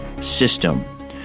system